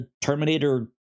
Terminator